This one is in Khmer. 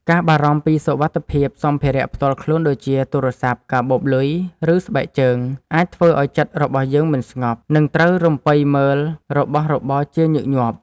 ការបារម្ភពីសុវត្ថិភាពសម្ភារៈផ្ទាល់ខ្លួនដូចជា ទូរស័ព្ទ កាបូបលុយ ឬស្បែកជើង អាចធ្វើឱ្យចិត្តរបស់យើងមិនស្ងប់ និងត្រូវរំពៃមើលរបស់របរជាញឹកញាប់។